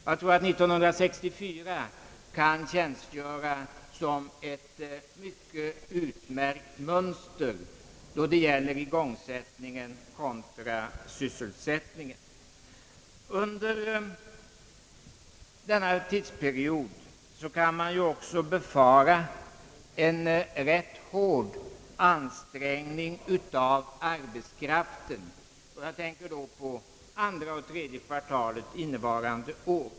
Jag tror att 1964 kan tjänstgöra som ett utmärkt mönster för igångsättning i förhållande till sysselsättning. Under denna tidsperiod kan man också befara en rätt hård ansträngning av arbetskraftsresurserna — jag tänker härvid på andra och tredje kvartalen innevarande år.